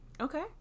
Okay